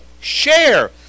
share